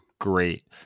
great